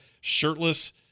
shirtless